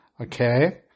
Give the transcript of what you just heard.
Okay